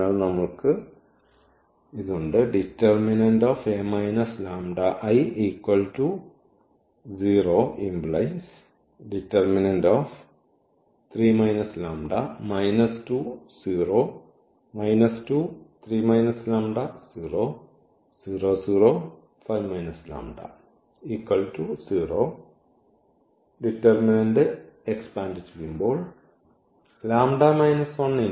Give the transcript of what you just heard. അതിനാൽ നമ്മൾക്ക് ഇത് ഉണ്ട്